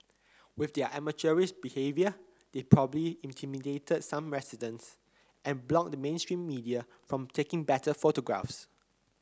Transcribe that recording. with their amateurish behaviour they probably intimidated some residents and blocked the mainstream media from taking better photographs